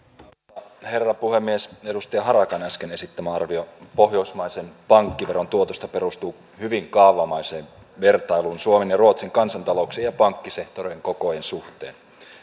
arvoisa herra puhemies edustaja harakan äsken esittämä arvio pohjoismaisen pankkiveron tuotosta perustuu hyvin kaavamaiseen vertailuun suomen ja ruotsin kansantalouksien ja pankkisektorien kokojen suhteen